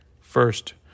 First